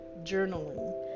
journaling